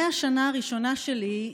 מהשנה הראשונה שלי,